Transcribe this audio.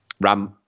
Ram